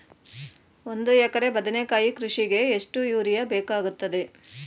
ಒಂದು ಎಕರೆ ಬದನೆಕಾಯಿ ಕೃಷಿಗೆ ಎಷ್ಟು ಯೂರಿಯಾ ಬೇಕಾಗುತ್ತದೆ?